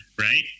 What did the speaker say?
right